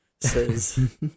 says